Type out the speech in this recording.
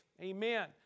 Amen